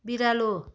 बिरालो